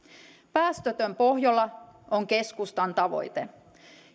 päästötön pohjola on keskustan tavoite